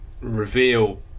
reveal